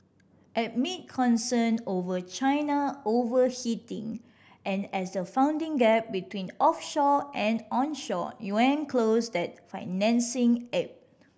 amid concerns over China overheating and as the funding gap between offshore and onshore yuan closed that financing ebbed